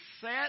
set